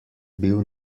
bil